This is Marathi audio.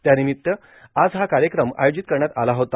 त्यानिमित्त आज हा कार्यक्रम आयोजित करण्यात आला होता